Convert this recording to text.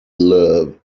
love